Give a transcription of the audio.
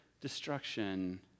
destruction